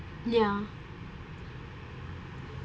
ya